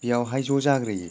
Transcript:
बियावहाय ज' जाग्रोयो